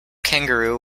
kangaroo